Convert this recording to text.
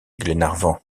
glenarvan